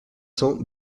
cents